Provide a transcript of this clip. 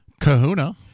Kahuna